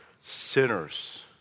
sinners